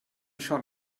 schon